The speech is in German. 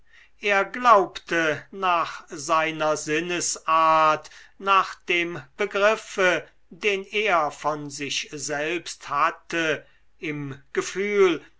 er glaubte nach seiner sinnesart nach dem begriffe den er von sich selbst hatte im gefühl